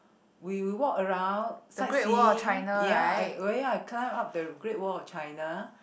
we we walk around sightseeing ya I really climb up the Great-Wall-of-China